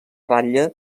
ratlla